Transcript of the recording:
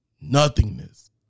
nothingness